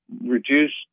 reduce